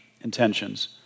intentions